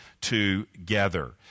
together